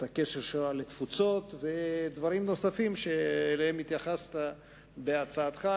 את הקשר שלה לתפוצות ודברים נוספים שאליהם התייחסת בהצעתך,